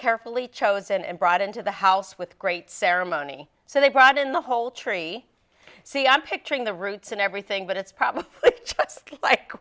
carefully chosen and brought into the house with great ceremony so they brought in the whole tree see i'm picturing the roots and everything but it's probably like